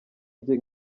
bye